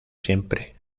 siempre